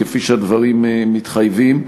כפי שהדברים מתחייבים.